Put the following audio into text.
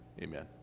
amen